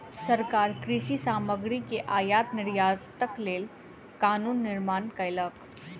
सरकार कृषि सामग्री के आयात निर्यातक लेल कानून निर्माण कयलक